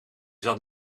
zat